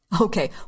Okay